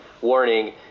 warning